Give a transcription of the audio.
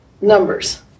numbers